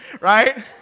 right